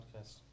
podcast